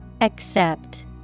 Accept